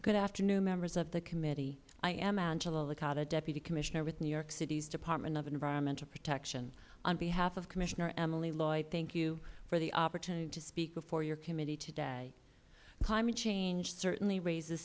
good afternoon members of the committee i am angela licata deputy commissioner with new york city's department of environmental protection on behalf of commissioner emily lloyd thank you for the opportunity to speak before your committee today climate change certainly raises